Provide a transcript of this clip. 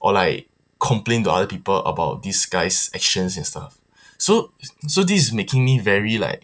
or like complain to other people about this guy's actions and stuff so so this is making me very like